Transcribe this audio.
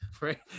right